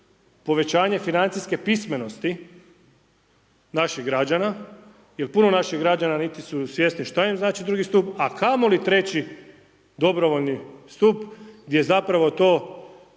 povećanje financijske pismenosti naših građana jer puno naših građana niti su svjesni što im znači drugi stup a kamoli treći dobrovoljni stup gdje zapravo to